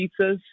pizzas